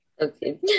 Okay